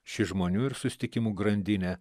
ši žmonių ir susitikimų grandinė